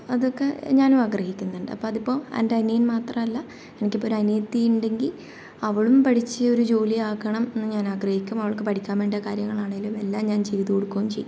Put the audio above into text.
അതൊക്കെ ഞാനും ആഗ്രഹിക്കുന്നുണ്ട് അപ്പം അതിപ്പോൾ എൻ്റെ അനിയൻ മാത്രമല്ല എനിക്ക് ഇപ്പോൾ ഒരു അനിയത്തിയുണ്ടെങ്കിൽ അവളും പഠിച്ച് ഒരു ജോലി ആകണം എന്ന് ഞാൻ ആഗ്രഹിക്കും അവൾക്ക് പഠിക്കാൻ വേണ്ട കാര്യങ്ങളാണെങ്കിലും എല്ലാം ഞാൻ ചെയ്തു കൊടുക്കുകയും ചെയ്യും